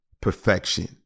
perfection